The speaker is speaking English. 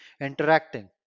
interacting